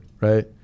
right